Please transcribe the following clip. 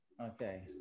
Okay